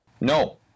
No